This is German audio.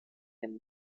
dem